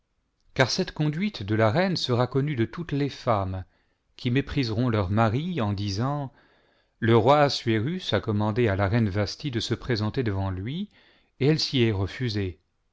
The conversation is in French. car cette conduite de la reine sera connue de toutes les femmes qui mépriseront leurs maris en disant le roi assuérus a commandé à la reine vasthi de se présenter devant lui et elle s'y est refusée